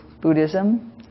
Buddhism